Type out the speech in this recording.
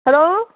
hello